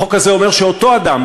החוק הזה אומר שאותו אדם,